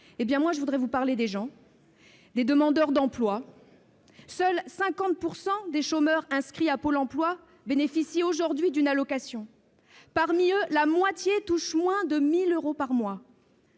ma part, je veux vous parler des gens, des demandeurs d'emploi. Seuls 50 % des chômeurs inscrits à Pôle emploi bénéficient aujourd'hui d'une allocation. Parmi ceux-ci, la moitié touchent moins de 1 000 euros par mois